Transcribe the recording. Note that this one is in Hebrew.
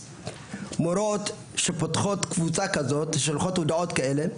מורות שפותחות קבוצה כזאת ושולחות בה הודעות כאלה,